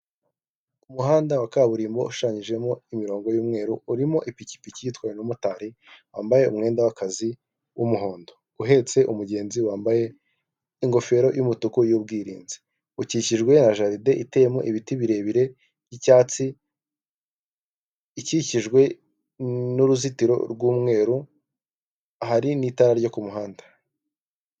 Ku muhanda wa kaburimbo ushanyijemo imirongo y'umweru urimo ipikipiki itwawe n'umumotari wambaye umwenda w'akazi w'umuhondo uhetse umugenzi wambaye ingofero y'umutuku y'ubwirinzi ukikijwe na jaride, iteyemo ibiti birebire by'icyatsi ikikijwe n'uruzitiro rw'umweru ahari n'itara ryo ku muhanda.